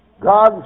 God